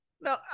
No